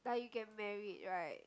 like you get married right